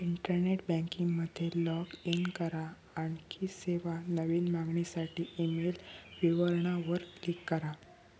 internet banking मध्ये log in करा, आणखी सेवा, नवीन मागणीसाठी ईमेल विवरणा वर क्लिक करा